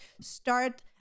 start